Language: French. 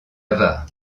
avare